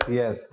yes